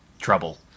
trouble